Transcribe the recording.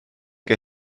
que